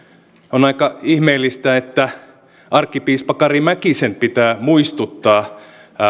on aika ihmeellistä että arkkipiispa kari mäkisen pitää muistuttaa